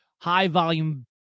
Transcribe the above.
high-volume